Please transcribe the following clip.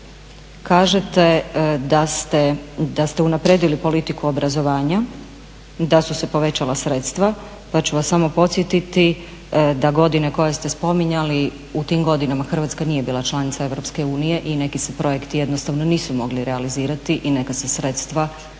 Kažete da ste unaprijedili politiku obrazovanja, da ću se povećala sredstva, pa ću vas samo podsjetiti da godine koje ste spominjali, u tim godinama Hrvatska nije bila članica EU i neki se projekti jednostavno nisu mogli realizirati i neka se sredstva nisu